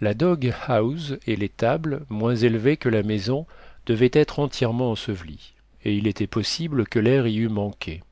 la dog house et l'étable moins élevées que la maison devaient être entièrement ensevelies et il était possible que l'air y eût manqué